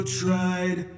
tried